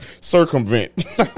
circumvent